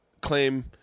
claim